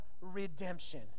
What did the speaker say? redemption